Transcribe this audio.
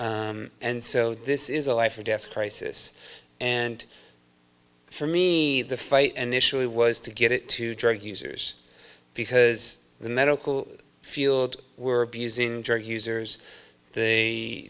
and so this is a life or death crisis and for me the fight an issue was to get it to drug users because the medical field were abusing drug users